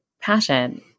passion